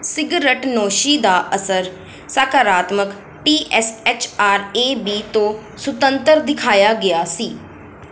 ਸਿਗਰਟਨੋਸ਼ੀ ਦਾ ਅਸਰ ਸਕਾਰਾਤਮਕ ਟੀ ਐਸ ਐਚ ਆਰ ਏ ਬੀ ਤੋਂ ਸੁਤੰਤਰ ਦਿਖਾਇਆ ਗਿਆ ਸੀ